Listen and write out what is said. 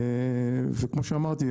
וכמו שאמרתי,